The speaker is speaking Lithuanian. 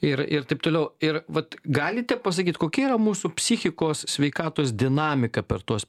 ir ir taip toliau ir vat galite pasakyt kokia yra mūsų psichikos sveikatos dinamika per tuos